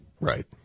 Right